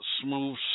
smooth